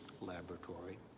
laboratory